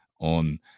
on